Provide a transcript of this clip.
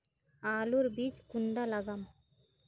आलूर बीज कुंडा लगाम?